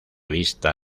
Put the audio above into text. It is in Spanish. vista